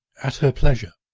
at her pleasure.